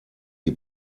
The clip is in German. die